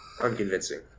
unconvincing